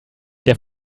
der